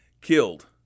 killed